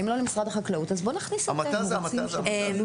אפשר אולי